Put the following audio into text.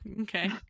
Okay